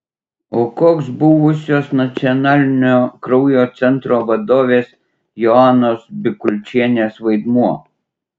o koks buvusios nacionalinio kraujo centro vadovės joanos bikulčienės vaidmuo